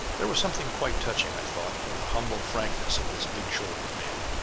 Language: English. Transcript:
there was something quite touching, i thought, in the humble frankness of this big-shouldered man.